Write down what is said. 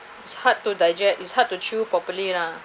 it's hard to digest is hard to chew properly lah